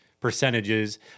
percentages